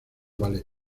ballet